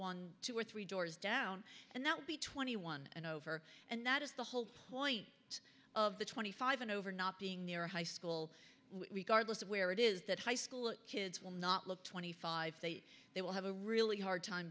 one two or three doors down and that would be twenty one and over and that is the whole point of the twenty five and over not being near a high school guard list of where it is that high school kids will not look twenty five they they will have a really hard time